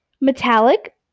metallic